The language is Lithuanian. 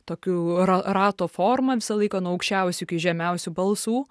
tokiu ra rato forma visą laiką nuo aukščiausių iki žemiausių balsų